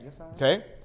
Okay